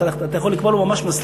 אתה יכול לקבוע לו מסלול,